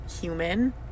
human